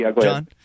John